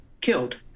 killed